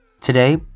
Today